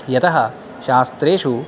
यतः शास्त्रेषु